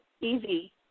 easy